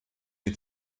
die